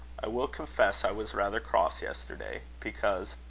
i will confess i was rather cross yesterday because